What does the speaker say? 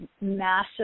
massive